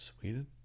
Sweden